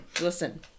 Listen